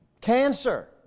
Cancer